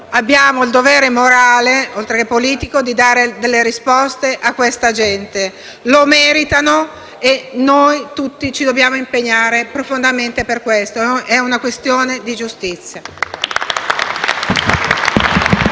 abbiamo il dovere morale, oltre che politico, di dare delle risposte a questa gente. Lo meritano e noi tutti ci dobbiamo impegnare profondamente perché ciò avvenga. È una questione di giustizia.